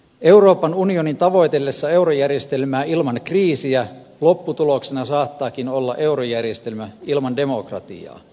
euroopan unionin tavoitellessa eurojärjestelmää ilman kriisiä lopputuloksena saattaakin olla eurojärjestelmä ilman demokratiaa